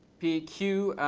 p, q.